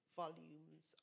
volumes